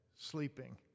sleeping